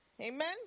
Amen